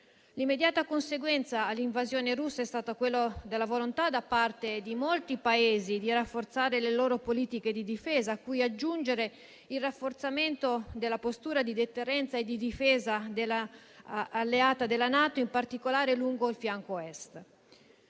L'immediata conseguenza dell'invasione russa è stata la volontà da parte di molti Paesi di rafforzare le loro politiche di difesa, a cui aggiungere il rafforzamento della postura di deterrenza e di difesa dell'alleata della NATO, in particolare lungo il fianco Est.